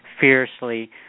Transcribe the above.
fiercely